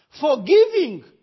Forgiving